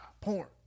porn